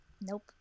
Nope